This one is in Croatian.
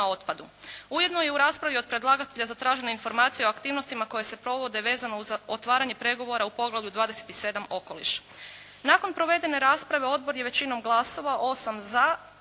Ujedno je u raspravi od predlagatelja zatražena informacija o aktivnostima koje se provode vezano uz otvaranje pregovora u poglavlju 27. - Okoliš. Nakon provedene rasprave odbor je većinom glasova, 8 za,